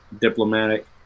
diplomatic